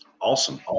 Awesome